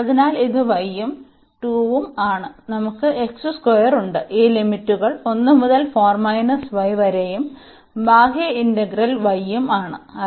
അതിനാൽ ഇത് y ഉം 2 ഉം ആണ് നമുക്ക് ഉണ്ട് ഈ ലിമിറ്റുകൾ 1 മുതൽ വരെയും ബാഹ്യ ഇന്റഗ്രൽ y ഉം ആണ്